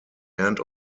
end